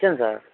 ఇచ్చాను సార్